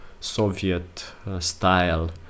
Soviet-style